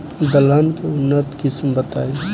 दलहन के उन्नत किस्म बताई?